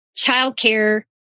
childcare